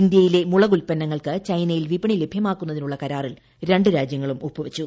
ഇന്ത്യയിലെ മുളക് ഉല്പന്നങ്ങൾക്ക് ചൈനയിൽ വിപണി ലഭ്യമാക്കുന്നതിനുള്ള കരാറിൽ രണ്ട് രാജ്യങ്ങളും ഒപ്പുവച്ചു